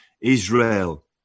Israel